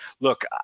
look